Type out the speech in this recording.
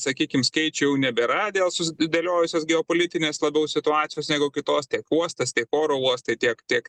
sakykim skaičių jau nebėra dėl susidėliojusios geopolitinės labiau situacijos negu kitos tiek uostas tiek oro uostai tiek tiek